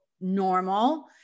normal